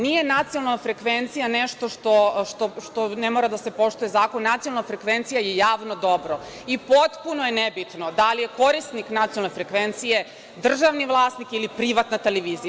Nije nacionalna frekvencija nešto što ne mora da se poštuje, nacionalna frekvencija je javno dobro i potpuno je nebitno da li je korisnik nacionalne frekvencije državni vlasnik ili privatna televizija.